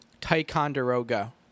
Ticonderoga